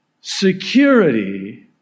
security